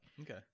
Okay